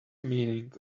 meaning